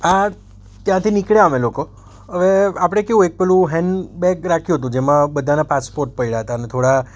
આ ત્યાંથી નીકળ્યા અમે લોકો હવે આપણે કેવું એક પેલું હેન્ડબેગ રાખ્યું હતું જેમાં બધાના પાસપોર્ટ પડ્યા હતા અને થોડા